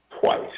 twice